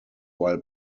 while